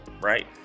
right